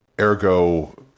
Ergo